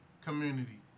community